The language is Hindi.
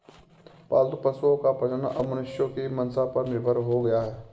पालतू पशुओं का प्रजनन अब मनुष्यों की मंसा पर निर्भर हो गया है